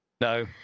No